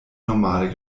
normale